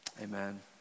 Amen